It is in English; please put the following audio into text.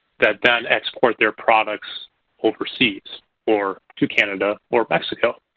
that then export their products overseas or to canada or mexico.